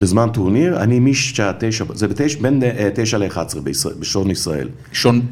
בזמן טורניר אני משעה תשע, זה בין תשע ל-11 בישראל בשעון ישראל.